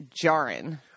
jarring